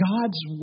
God's